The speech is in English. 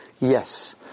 Yes